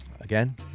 Again